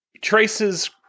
Traces